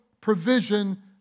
provision